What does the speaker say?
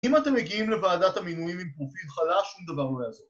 ‫אם אתם מגיעים לוועדת המינויים ‫עם פרופיל חלש, שום דבר לא יעזור.